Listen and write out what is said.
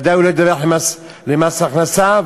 ודאי הוא לא ידווח למס הכנסה,